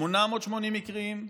880 מקרים,